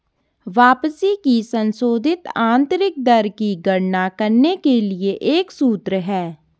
वापसी की संशोधित आंतरिक दर की गणना करने के लिए एक सूत्र है